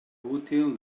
útil